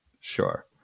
Sure